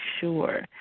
sure